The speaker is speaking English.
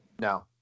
No